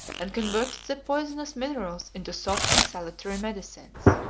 and converted the poisonous minerals into soft and salutary medicines.